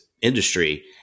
industry